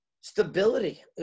Stability